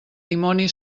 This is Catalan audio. dimoni